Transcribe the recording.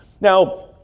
Now